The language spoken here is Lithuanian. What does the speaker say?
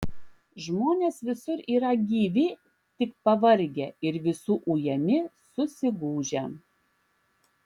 žmonės visur yra gyvi tik pavargę ir visų ujami susigūžę